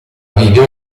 video